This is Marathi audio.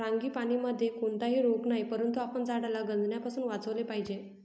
फ्रांगीपानीमध्ये कोणताही रोग नाही, परंतु आपण झाडाला गंजण्यापासून वाचवले पाहिजे